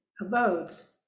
abodes